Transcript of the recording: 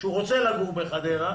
והוא רוצה לגור בחדרה,